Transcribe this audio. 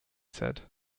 said